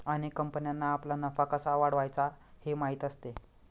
अनेक कंपन्यांना आपला नफा कसा वाढवायचा हे माहीत असते